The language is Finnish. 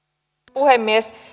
puhemies